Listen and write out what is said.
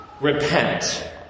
Repent